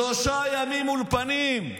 שלושה ימים באולפנים,